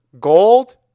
Gold